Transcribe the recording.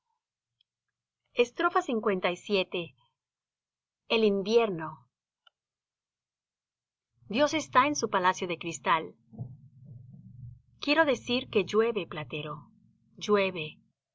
ellos lvii el invierno dios está en su palacio de cristal quiero decir que llueve platero llueve